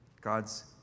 God's